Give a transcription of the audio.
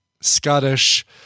Scottish